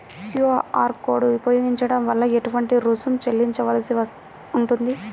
QR code ఉపయోగించటం వలన ఏటువంటి రుసుం చెల్లించవలసి ఉంటుంది?